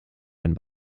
ihren